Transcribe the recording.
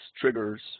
triggers